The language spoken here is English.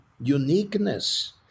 uniqueness